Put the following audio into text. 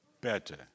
better